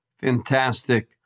Fantastic